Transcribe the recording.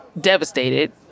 devastated